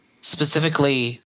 specifically